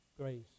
grace